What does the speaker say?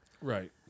Right